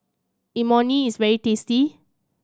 imoni is very tasty